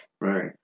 Right